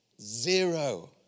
Zero